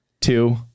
Two